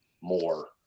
more